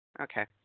Okay